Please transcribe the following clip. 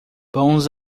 bons